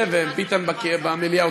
וביטן במליאה,